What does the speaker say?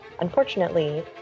Unfortunately